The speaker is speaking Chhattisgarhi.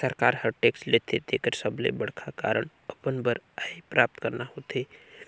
सरकार हर टेक्स लेथे तेकर सबले बड़खा कारन अपन बर आय प्राप्त करना होथे